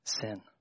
sin